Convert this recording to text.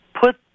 put